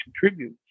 contribute